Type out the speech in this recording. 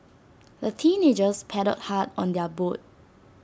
the teenagers paddled hard on their boat